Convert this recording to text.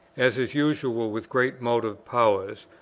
as is usual with great motive-powers,